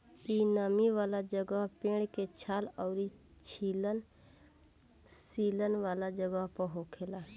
इ नमी वाला जगह, पेड़ के छाल अउरी सीलन वाला जगह पर होखेला